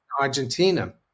Argentina